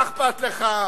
מה אכפת לך?